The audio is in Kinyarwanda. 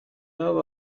nabo